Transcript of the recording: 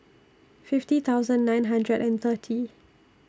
fifty thousand nine hundred and thirty